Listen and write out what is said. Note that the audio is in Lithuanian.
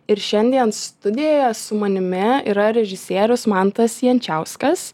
ir šiandien studijoje su manimi yra režisierius mantas jančiauskas